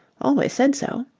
always said so.